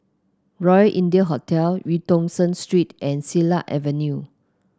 Royal India Hotel Eu Tong Sen Street and Silat Avenue